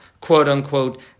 quote-unquote